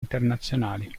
internazionali